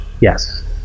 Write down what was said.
Yes